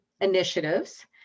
initiatives